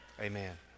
Amen